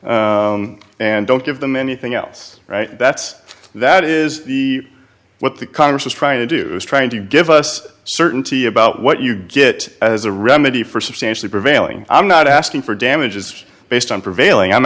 interest and don't give them anything else right that's that is the what the congress is trying to do is trying to give us certainty about what you get as a remedy for substantially prevailing i'm not asking for damages based on prevailing i'm